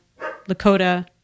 Lakota